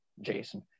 Jason